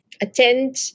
attend